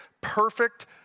perfect